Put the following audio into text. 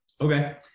Okay